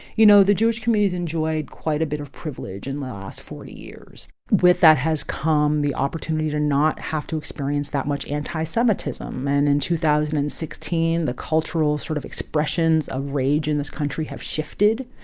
you know, the jewish community's enjoyed quite a bit of privilege in the last forty years. with that has come the opportunity to not have to experience that much anti-semitism. and in two thousand and sixteen, the cultural sort of expressions of rage in this country have shifted,